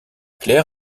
clair